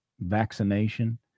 vaccination